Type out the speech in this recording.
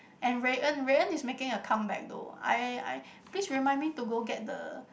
and Rui-En Rui-En is making a comeback though I I please remind me to go get the